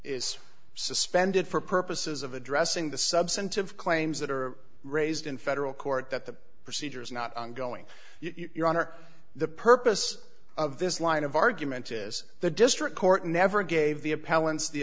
is suspended for purposes of addressing the substantive claims that are raised in federal court that the procedure is not ongoing your honor the purpose of this line of argument is the district court never gave the